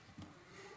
תודה רבה.